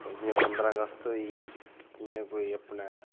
जि'यां पंदरां अगस्त होई गेई जि'यां कोई अपने